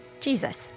Jesus